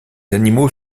animaux